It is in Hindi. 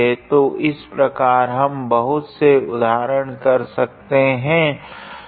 तो इसी प्रकार हम बहुत से उदाहरण कर सकते है